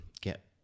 get